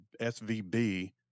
SVB